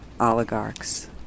Oligarchs